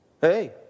Hey